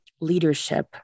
leadership